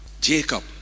Jacob